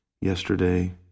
yesterday